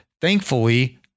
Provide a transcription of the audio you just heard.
thankfully